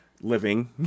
living